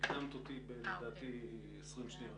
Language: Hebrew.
להסתכל עליהם כבתי עסק ולא כמוסד חינוכי.